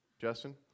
Justin